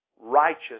righteous